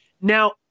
Now